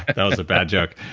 ah that was a bad joke,